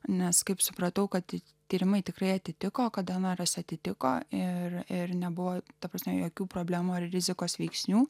nes kaip supratau kad tyrimai tikrai atitiko kada naras atitiko ir nebuvo ta prasme jokių problemų ar rizikos veiksnių